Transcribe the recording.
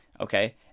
Okay